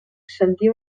sentia